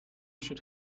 should